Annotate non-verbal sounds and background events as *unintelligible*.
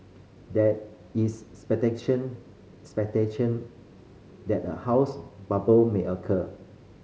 there is *unintelligible* that a housing bubble may occur